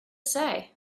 say